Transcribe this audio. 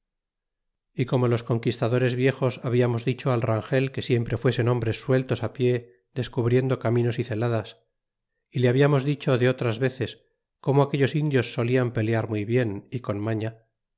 y como los conquistadores viejos hablamos dicho al rangel que siempre fuesen hombres sueltos á pie descubriendo caminos y celadas y le hablamos dicho de otras veces como aquellos indios solian pelear muy bien y con maña